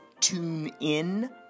TuneIn